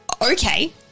Okay